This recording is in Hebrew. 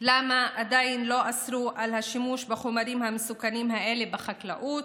למה עדיין לא אסרו את השימוש בחומרים המסוכנים האלה בחקלאות?